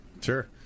Sure